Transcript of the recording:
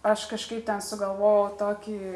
aš kažkaip ten sugalvojau tokį